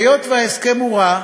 והיות שההסכם הוא רע,